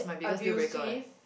abusive